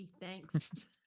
Thanks